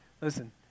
Listen